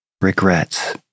regrets